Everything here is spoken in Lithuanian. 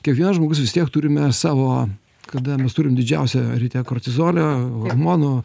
kiekvienas žmogus vis tiek turime savo kada mes turim didžiausią ryte kortizolio ormonų